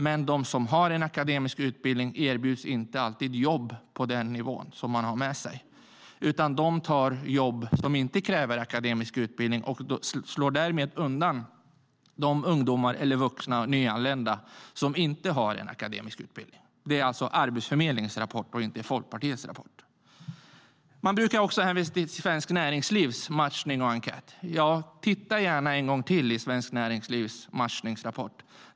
Men de som har en akademisk utbildning erbjuds inte alltid jobb på den nivån, utan de tar jobb som inte kräver akademisk utbildning och slår därmed undan de ungdomar eller vuxna och nyanlända som inte har en akademisk utbildning. Detta är alltså Arbetsförmedlingens rapport och inte Folkpartiets rapport. Man brukar hänvisa till Svenskt Näringslivs matchningsrapport, och titta gärna en gång till i den!